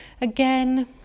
Again